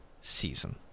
season